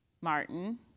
Martin